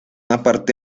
aparte